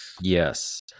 yes